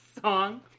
Song